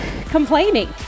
complaining